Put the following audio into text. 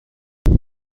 بعضی